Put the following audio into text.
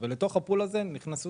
כשלתוך הפול הזה נכנסו